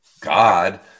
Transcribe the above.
God